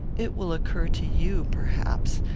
it will occur to you, perhaps,